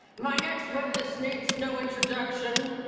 my next witness needs no introduction,